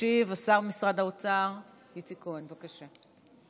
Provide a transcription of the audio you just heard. ישיב השר במשרד האוצר איציק כהן, בבקשה.